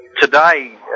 Today